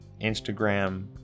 Instagram